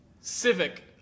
Civic